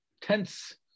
tense